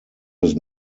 his